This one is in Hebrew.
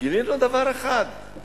גילינו דבר אחד,